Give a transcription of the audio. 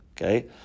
Okay